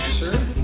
sure